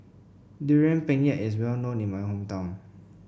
Durian Pengat is well known in my hometown